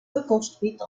reconstruite